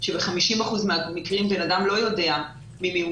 שב-50 אחוזים מהמקרים בן אדם לא יודע ממי הוא